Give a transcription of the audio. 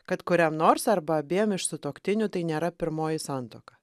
kad kuriam nors arba abiem iš sutuoktinių tai nėra pirmoji santuoka